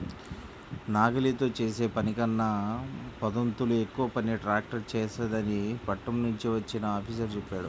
నాగలితో చేసే పనికన్నా పదొంతులు ఎక్కువ పని ట్రాక్టర్ చేత్తదని పట్నం నుంచి వచ్చిన ఆఫీసరు చెప్పాడు